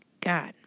God